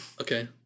Okay